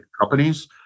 companies